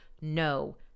no